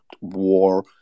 war